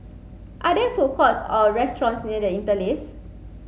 are there food courts or restaurants near The Interlace